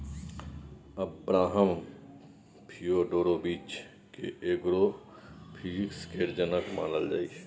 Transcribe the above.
Abraham Fyodorovich केँ agrophysics केर जनक मानल जाइ छै